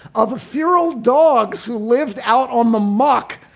of a feral dogs who lived out on the muck.